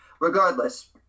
Regardless